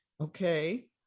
Okay